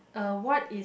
uh what is